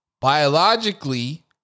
Biologically